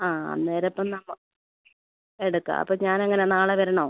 ആ അന്നേരം അപ്പോൾ നമ്മൾ എടുക്കാം അപ്പോൾ ഞാൻ എങ്ങനെ നാളെ വരണോ